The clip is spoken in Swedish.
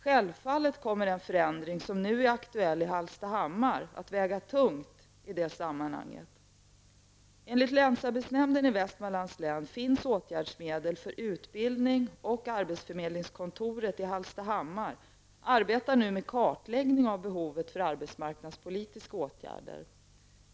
Självfallet kommer den förändring som nu är aktuell i Hallstahammar att väga tungt i det sammanhanget. Enligt länsarbetsnämnden i Västmanlands län finns åtgärdsmedel för utbildning, och arbetsförmedlingskontoret i Hallstahammar arbetar nu med en kartläggning av behovet av arbetsmarknadspolitiska åtgärder.